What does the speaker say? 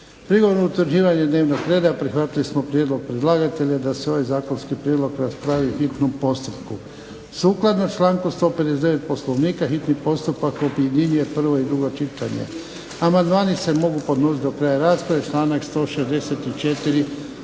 Prigodom utvrđivanja dnevnog reda prihvatili smo prijedlog predlagatelja da se ovaj zakonski prijedlog raspravi u hitnom postupku. Sukladno članku 159. Poslovnika hitni postupak objedinjuje prvo i drugo čitanje. Amandmani se mogu podnositi do kraja rasprave, članak 164.